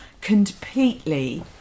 completely